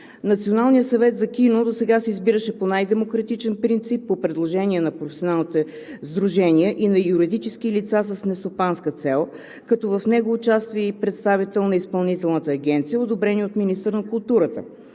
Националният съвет за кино досега се избираше по най-демократичен принцип по предложение на професионалното сдружение и на юридически лица с нестопанска цел, като в него участва и представител на Изпълнителната агенция, одобрени от министъра на културата.